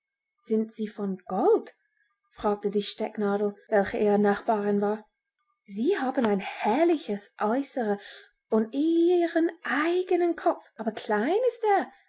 sind sie von gold fragte die stecknadel welche ihre nachbarin war sie haben ein herrliches äußere und ihren eigenen kopf aber klein ist er